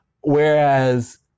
Whereas